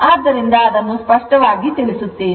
ಆದ್ದರಿಂದ ಅದನ್ನು ಸ್ಪಷ್ಟವಾಗಿ ತಿಳಿಸುತ್ತೇನೆ